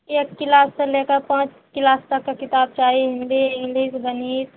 एक किलाससे लैके पाँच किलास तकके किताब चाही हिन्दी इन्गलिश गणित